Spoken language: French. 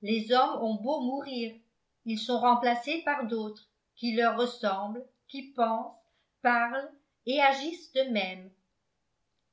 les hommes ont beau mourir ils sont remplacés par d'autres qui leur ressemblent qui pensent parlent et agissent de même